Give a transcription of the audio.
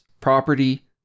property